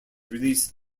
release